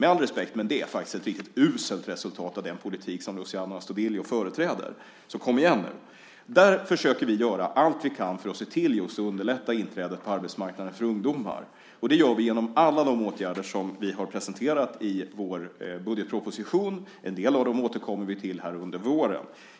Det är faktiskt ett riktigt uselt resultat av den politik som Luciano Astudillo företräder, så kom igen nu! Vi försöker nu göra allt vi kan för att underlätta inträdet på arbetsmarknaden för ungdomar, och det gör vi genom alla de åtgärder som vi har presenterat i vår budgetproposition. En del av dem återkommer vi till under våren.